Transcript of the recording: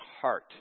heart